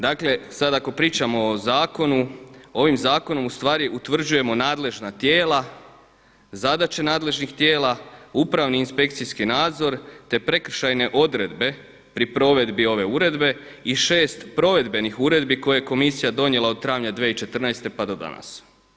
Dakle, sad ako pričamo o zakonu ovim Zakonom zapravo u stvari utvrđujemo nadležna tijela, zadaće nadležnih tijela, upravni inspekcijski nadzor, te prekršajne odredbe pri provedbi ove uredbe i šest provedbenih uredbi koje je Komisija donijela od travnja 2014. pa do danas.